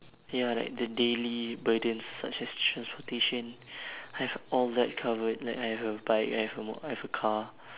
ya like the daily burden such as transportation I've all that covered like I have a bike I have a mo~ I've a car